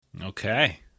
Okay